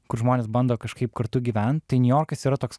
kur žmonės bando kažkaip kartu gyvent tai niujorkas yra toks